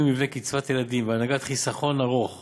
מבנה קצבת הילדים והנהגת חיסכון ארוך